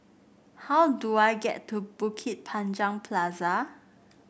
how do I get to Bukit Panjang Plaza